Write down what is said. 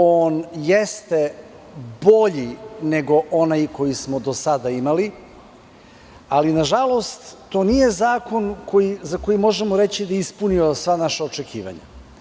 On jeste bolji nego onaj koji smo do sada imali, ali nažalost to nije zakon za koji možemo reći da je ispunio sva naša očekivanja.